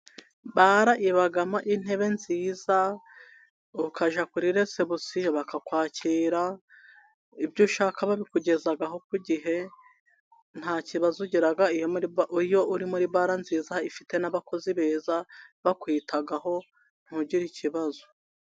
Bara ibamo intebe nziza, ukajya kuri resebusiyo bakakwakira, ibyo ushaka babikugezaho ku gihe, nta kibazo ugira iyo uri muri bara nziza ifite n'abakozi beza, bakwitaho ntugire ikibazo.